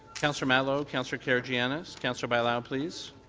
councillor matlow, councillor karygiannis, councillor bailao, please.